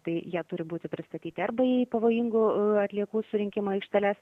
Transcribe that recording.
tai jie turi būti pristatyti arba į pavojingų atliekų surinkimo aikšteles